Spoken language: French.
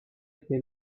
été